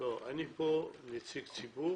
אני פה נציג ציבור,